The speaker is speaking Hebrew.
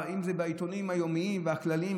אם זה בעיתונים היומיים והכלליים,